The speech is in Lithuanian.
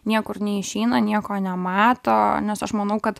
niekur neišeina nieko nemato nes aš manau kad